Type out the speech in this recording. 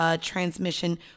transmission